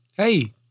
Hey